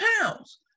pounds